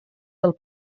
del